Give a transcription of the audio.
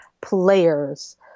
players